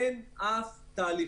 אין אף תהליך.